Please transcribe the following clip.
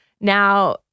Now